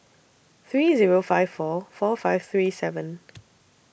three Zero five four four five three seven